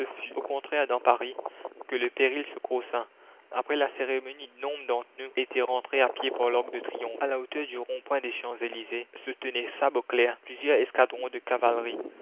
au contraire dans paris que le péril se corsa après la cérémonie nombre d'entre nous étaient rentrés à pied par larc de triomphe a la hauteur du rond point des champs-elysées se tenaient sabre au clair plusieurs escadrons de cavalerie